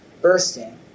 bursting